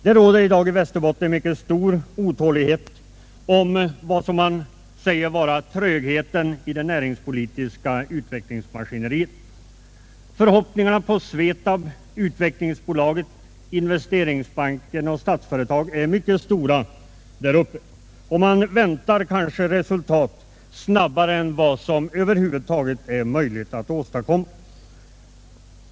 Det råder i dag i Västerbotten en mycket stor otålighet över vad man kallar trögheten i det näringspolitiska utvecklingsmaskineriet. Förhoppningarna på SVETAB, Utvecklingsbolaget, Investeringsbanken och Statsföretag är mycket stora där uppe och man väntar kanske resultat snabbare än vad som över huvud taget är möjligt att åstadkomma.